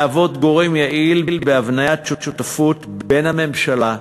להוות גורם יעיל בהבניית שותפויות בין הממשלה,